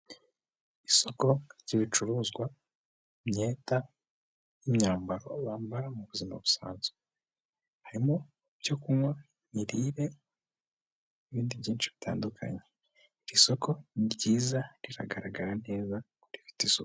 Isoko ry'ibicuruzwa, imyenda n'imyambaro bambara mu buzima busanzwe, harimo ibyo kunywa, imirire, n'ibindi byinshi bitanukanye, iri soko ni ryiza riragaragara neza.